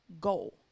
goal